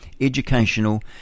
educational